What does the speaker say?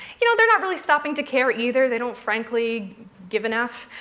you know they're not really stopping to care either. they don't frankly give an f.